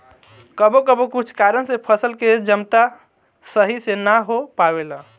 कबो कबो कुछ कारन से फसल के जमता सही से ना हो पावेला